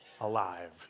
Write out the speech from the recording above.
Alive